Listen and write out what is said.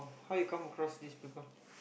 how you come across this people